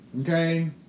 Okay